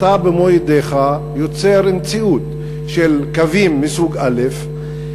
אתה במו-ידיך יוצר מציאות של קווים מסוג א'.